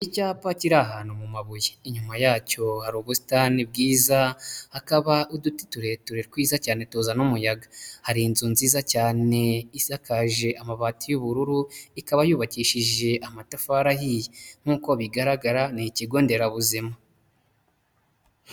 Icyapa kiri ahantu mu mabuye inyuma yacyo hari ubusitani bwiza, hakaba uduti tureture twiza cyane tuzana umuyaga, hari inzu nziza cyane isakaje amabati y'ubururu ikaba yubakishije amatafari ahiye nk'uko bigaragara ni ikigo nderabuzima.